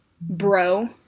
bro